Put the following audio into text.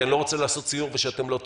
כי אני לא רוצה לעשות סיור ושאתם לא תבואו.